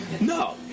no